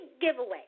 giveaway